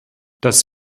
das